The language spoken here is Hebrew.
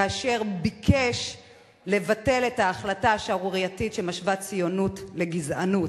כאשר ביקש לבטל את ההחלטה השערורייתית שמשווה ציונות לגזענות.